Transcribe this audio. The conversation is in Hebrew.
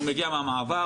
הוא מגיע מהמעבר,